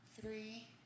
Three